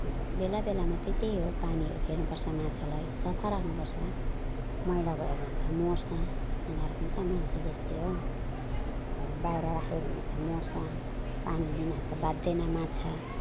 बेला बेलामा त चाहिँ हो पानी फेर्नुपर्छ माछालाई सफा राख्नुपर्छ मैला भयो भने त मर्छ यिनीहरू पनि त मान्छे जस्तै हो अब बाहिर राख्यो भने त मर्छ पानीबिना त बाँच्दैन माछा